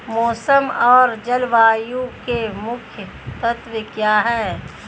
मौसम और जलवायु के मुख्य तत्व क्या हैं?